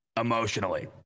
emotionally